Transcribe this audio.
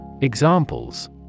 Examples